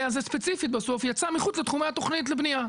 הזה ספציפי בסוף יצא מחוץ לתחומי התכנית לבנייה.